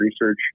research